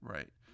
Right